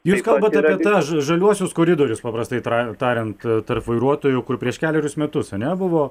jūs kalbat apie tą ža žaliuosius koridorius paprastai tra tariant tarp vairuotojų kur prieš kelerius metus ane buvo